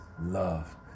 love